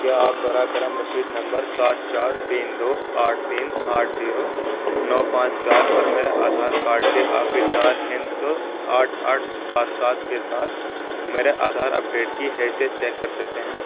کیا آپ براے کرم رسید نمبر سات چار تین دو آٹھ تین آٹھ زیرو نو پانچ چار اور میرے آدھار کارڈ کے آخری چار ہندسوں آٹھ آٹھ سات سات کے ساتھ میرے آدھار اپڈیٹ کی حیثیت چیک کر سکتے ہیں